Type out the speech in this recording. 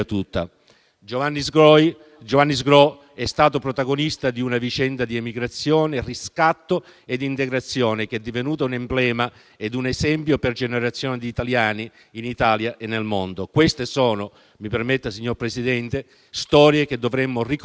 Giovanni Sgrò è stato protagonista di una vicenda di emigrazione, riscatto ed integrazione che è divenuta un emblema e un esempio per generazioni di italiani in Italia e nel mondo. Queste sono, mi permetta, signor Presidente, storie che dovremmo ricordare